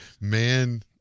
man